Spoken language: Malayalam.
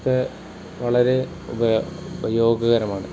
ഒക്കെ വളരെ ഉപയോഗകരമാണ്